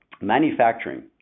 manufacturing